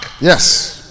Yes